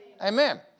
Amen